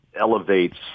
elevates